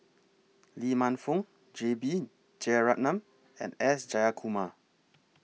Lee Man Fong J B Jeyaretnam and S Jayakumar